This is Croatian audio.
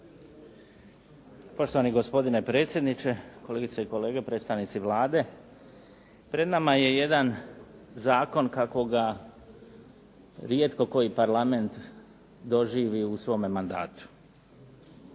Poštovani gospodine predsjedniče, kolegice i kolege, predstavnici Vlade. Pred nama je jedan zakon kakvoga rijetko koji parlament doživi u svome mandatu.